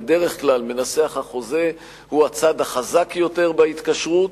בדרך כלל מנסח החוזה הוא הצד החזק יותר בהתקשרות,